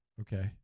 Okay